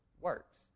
works